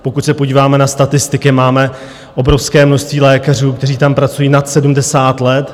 Pokud se podíváme na statistiky, máme obrovské množství lékařů, kteří tam pracují, nad sedmdesát let.